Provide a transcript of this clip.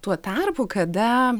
tuo tarpu kada